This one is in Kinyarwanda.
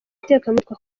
mutekamutwe